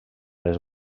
les